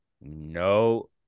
no